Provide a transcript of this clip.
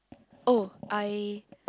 oh I